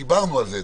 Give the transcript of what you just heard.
דיברנו על זה אתמול.